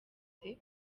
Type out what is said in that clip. ute